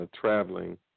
traveling